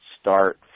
start